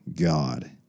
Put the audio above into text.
God